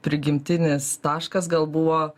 prigimtinis taškas gal buvo